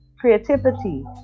creativity